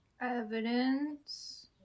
Evidence